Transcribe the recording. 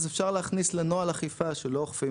אז אפשר להכניס לנוהל אכיפה שלא אוכפים